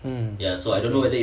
mm